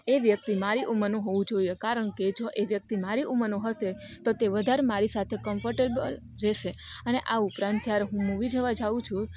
એ વ્યક્તિ મારી ઉંમરનું હોવું જોઈએ કારણ કે જો એ વ્યક્તિ મારી ઉંમરનો હશે તો તે વધારે મારી સાથે કમ્ફર્ટેબલ રહેશે અને આ ઉપરાંત જ્યારે હું મૂવી જોવાં જાઉં છું